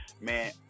man